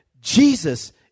Jesus